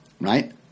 right